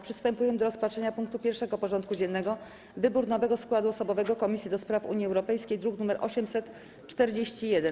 Przystępujemy do rozpatrzenia punktu 1. porządku dziennego: Wybór nowego składu osobowego Komisji do Spraw Unii Europejskiej (druk nr 841)